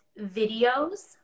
videos